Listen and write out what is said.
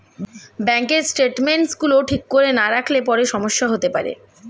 ব্যাঙ্কের স্টেটমেন্টস গুলো ঠিক করে না রাখলে পরে সমস্যা হতে পারে